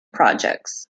projects